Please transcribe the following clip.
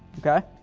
okay.